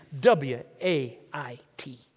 W-A-I-T